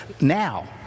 now